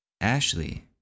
Ashley